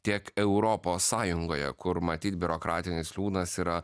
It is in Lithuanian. tiek europos sąjungoje kur matyt biurokratinis liūnas yra